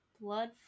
Blood